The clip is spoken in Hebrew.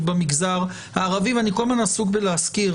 במגזר הערבי ואני כל הזמן עסוק בלהזכיר,